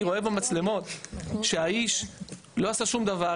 אני רואה במצלמות שהאיש לא עשה שום דבר,